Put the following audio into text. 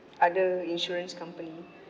other insurance company